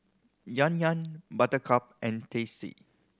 Yan Yan Buttercup and Tasty